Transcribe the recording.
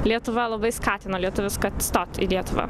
lietuva labai skatino lietuvius kad stot į lietuvą